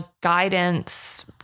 guidance